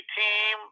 team